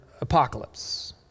apocalypse